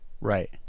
Right